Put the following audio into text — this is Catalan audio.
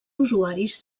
usuaris